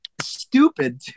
stupid